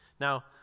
Now